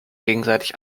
gegenseitig